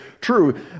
true